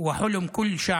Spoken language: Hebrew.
כלל בביטול